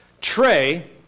Trey